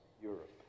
Europe